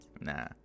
nah